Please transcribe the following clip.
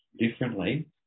differently